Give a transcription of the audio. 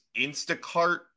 Instacart